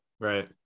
Right